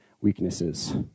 weaknesses